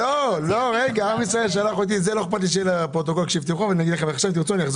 כל זה של מינהל החירום והשלטון המקומי בעוטף